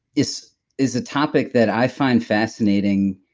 is is a topic that i find fascinating.